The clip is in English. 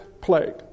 plague